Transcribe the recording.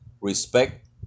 respect